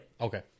Okay